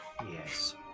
Yes